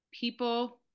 people